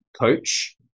coach